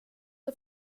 och